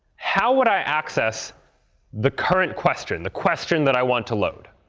how would i access the current question, the question that i want to load?